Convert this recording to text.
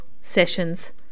sessions